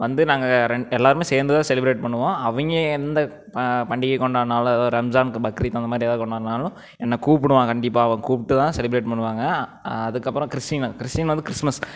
வந்து நாங்கள் ரெண் எல்லாேருமே சேர்ந்து தான் செலிப்ரேட் பண்ணுவோம் அவங்க எந்த பண்டிகை கொண்டாடினாலும் ரம்ஜானுக்கு பக்ரீத் அந்த மாதிரி ஏதாவது கொண்டாடினாலும் என்னை கூப்பிடுவான் கண்டிப்பாக அவன் கூப்பிட்டு தான் செலிப்ரேட் பண்ணுவாங்க அதுக்கப்புறம் கிறிஸ்டீன் கிறிஸ்டீன் வந்து கிறிஸ்துமஸ்